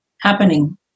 happening